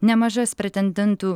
nemažas pretendentų